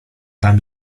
tam